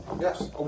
Yes